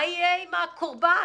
מה יהיה עם הקורבן,